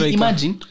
imagine